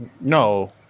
No